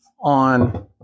On